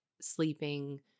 sleeping